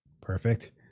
Perfect